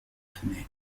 femelles